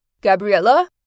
Gabriella